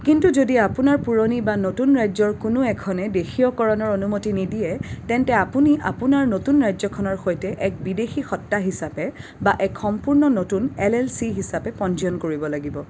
কিন্তু যদি আপোনাৰ পুৰণি বা নতুন ৰাজ্যৰ কোনো এখনে দেশীয়কৰণৰ অনুমতি নিদিয়ে তেন্তে আপুনি আপোনাৰ নতুন ৰাজ্যখনৰ সৈতে এক বিদেশী সত্তা হিচাপে বা এক সম্পূৰ্ণ নতুন এল এল চি হিচাপে পঞ্জীয়ন কৰিব লাগিব